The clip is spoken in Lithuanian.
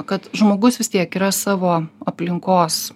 kad žmogus vis tiek yra savo aplinkos